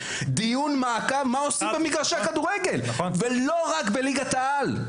דיון מעקב מה עושים במגרשי הכדורגל ולא רק בליגת העל.